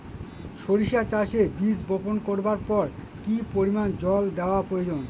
সরিষা চাষে বীজ বপন করবার পর কি পরিমাণ জল দেওয়া প্রয়োজন?